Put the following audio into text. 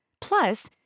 Plus